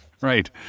Right